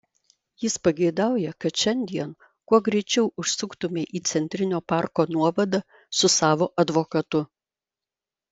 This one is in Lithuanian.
jis pageidauja kad šiandien kuo greičiau užsuktumei į centrinio parko nuovadą su savo advokatu